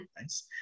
nice